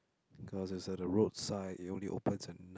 because it's at the roadside it only opens in